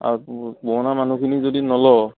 আৰু পুৰণা মানুহখিনি যদি নলওঁ